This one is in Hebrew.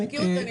אתה מכיר אותי,